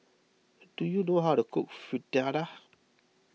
do you know how to cook Fritada